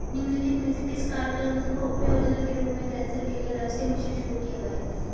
निम्नलिखित में से किस कार्यक्रम को उपयोजना के रूप में कैंसर के लिए राष्ट्रीय मिशन शुरू किया गया है?